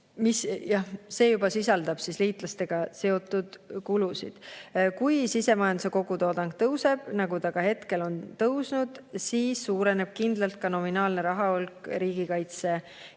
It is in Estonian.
See juba sisaldab liitlastega seotud kulusid. Kui sisemajanduse kogutoodang kasvab, nagu ta hetkel ongi kasvanud, siis suureneb kindlalt ka nominaalne rahahulk riigikaitseks.